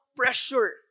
pressure